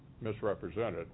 misrepresented